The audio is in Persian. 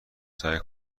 سعی